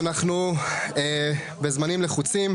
אנחנו בזמנים לחוצים.